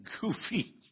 goofy